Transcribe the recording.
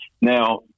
now